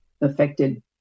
affected